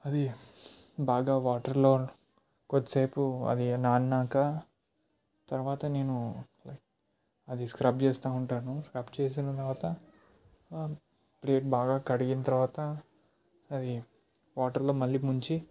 అది బాగా వాటర్లో కొద్దిసేపు అది నానినాక తర్వాత నేను అది స్క్రబ్ చేస్తా ఉంటాను స్క్రబ్ చేసిన తర్వాత ఆ ప్లేట్ బాగా కడిగిన తర్వాత అది వాటర్లో మళ్ళీ ముంచి